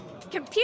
Computer